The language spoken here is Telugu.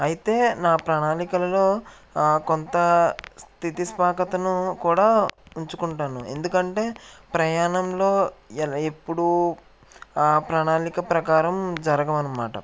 అయితే నా ప్రణాళికలలో ఆ కొంత స్థితిస్మాకతను కూడా ఉంచుకుంటాను ఎందుకంటే ప్రయాణంలో ఎలా ఎప్పుడూ ఆ ప్రణాళిక ప్రకారం జరగవు అనమాట